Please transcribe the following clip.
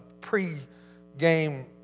pre-game